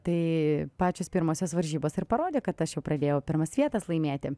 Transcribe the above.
tai pačios pirmosios varžybos ir parodė kad aš jau pradėjau pirmas vietas laimėti